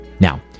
Now